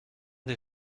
des